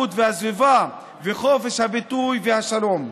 חשובים הרווחה והבריאות והסביבה וחופש הביטוי והשלום.